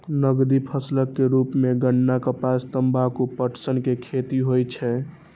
नकदी फसलक रूप मे गन्ना, कपास, तंबाकू, पटसन के खेती होइ छै